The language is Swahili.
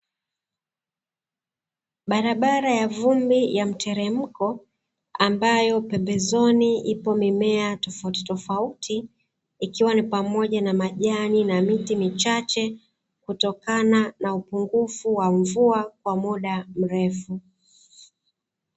Barabara ya vumbi ya mteremko ambayo pembezoni ipo mimea tofautitofauti, ikiwa ni pamoja na majani na miti michache kutokana na upungufu wa mvua kwa muda mrefu.